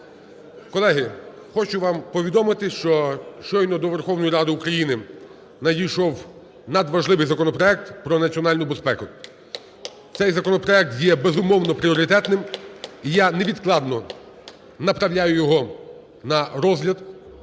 Колеги, хочу вам повідомити, що щойно до Верховної Ради України надійшов надважливий законопроект про національну безпеку. Цей законопроект є, безумовно, пріоритетним. І я невідкладно направляю його на розгляд